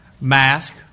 Mask